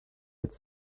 its